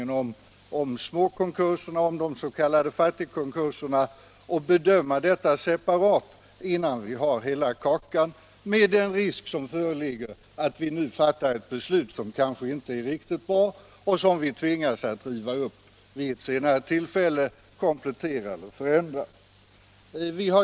Frågan gäller om vi verkligen skall bryta ut lagstiftningen om de s.k. fattigkonkurserna och bedöma den separat innan vi har fått hela kakan, med den risk som föreligger att vi nu fattar ett beslut som inte är riktigt bra och som vi tvingas riva upp vid ett Nr 45 senare tillfälle till förmån för ett kompletterat och förändrat förslag.